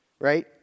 right